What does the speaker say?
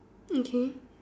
okay